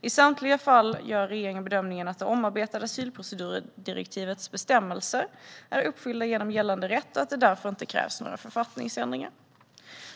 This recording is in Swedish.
I samtliga fall gör regeringen bedömningen att det omarbetade asylprocedurdirektivets bestämmelser är uppfyllda genom gällande rätt och att det därför inte krävs några författningsändringar.